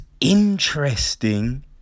interesting